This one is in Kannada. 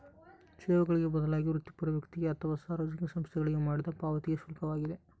ಸೇವೆಗಳಿಗೆ ಬದಲಾಗಿ ವೃತ್ತಿಪರ ವ್ಯಕ್ತಿಗೆ ಅಥವಾ ಸಾರ್ವಜನಿಕ ಸಂಸ್ಥೆಗಳಿಗೆ ಮಾಡಿದ ಪಾವತಿಗೆ ಶುಲ್ಕವಾಗಿದೆ